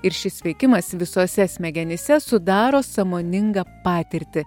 ir šis veikimas visose smegenyse sudaro sąmoningą patirtį